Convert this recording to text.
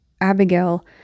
abigail